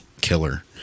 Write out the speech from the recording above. killer